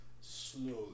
slowly